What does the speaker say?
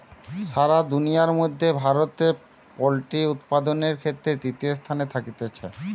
সারা দুনিয়ার মধ্যে ভারতে পোল্ট্রি উপাদানের ক্ষেত্রে তৃতীয় স্থানে থাকতিছে